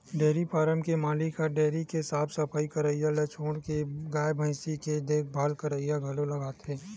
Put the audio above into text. dairy farm के मालिक ल डेयरी के साफ सफई करइया के छोड़ गाय भइसी के देखभाल करइया घलो लागथे